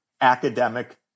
academic